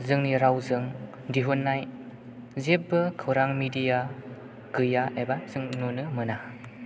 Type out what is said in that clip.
जोंनि रावजों दिहुननाय जेबो खौरां मिडिया गैया एबा जों नुनो मोना